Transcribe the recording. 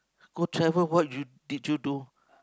go travel what you did you do